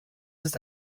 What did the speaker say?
ist